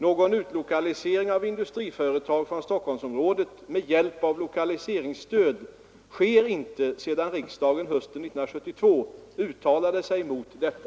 Någon utlokalisering av industriföretag från Stockholmsområdet med hjälp av lokaliseringsstöd sker inte sedan riksdagen hösten 1972 uttalade sig emot detta.